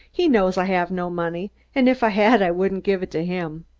he knows i have no money, and if i had i wouldn't give it to him.